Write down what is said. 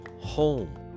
home